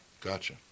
Gotcha